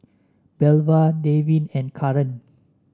Belva Devin and Karan